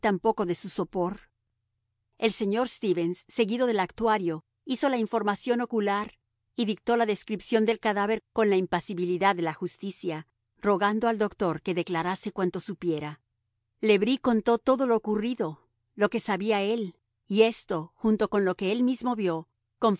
tampoco de su sopor el señor stevens seguido del actuario hizo la información ocular y dictó la descripción del cadáver con la impasibilidad de la justicia rogando al doctor que declarase cuanto supiera le bris contó todo lo ocurrido lo que sabía él y esto junto con lo que él mismo vio